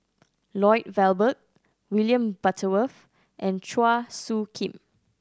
Lloyd Valberg William Butterworth and Chua Soo Khim